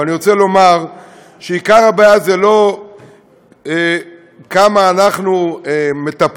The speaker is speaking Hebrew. ואני רוצה לומר שעיקר הבעיה זה לא כמה אנחנו מטפלים,